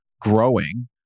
growing